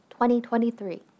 2023